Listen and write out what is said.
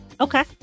Okay